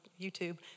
YouTube